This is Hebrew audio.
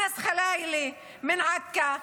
אנס חלאילה מעכו,